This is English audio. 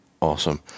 Awesome